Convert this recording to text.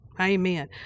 Amen